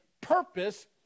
purpose